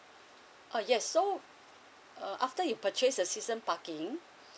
uh yes so uh after you purchased a season parking